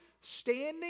standing